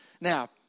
Now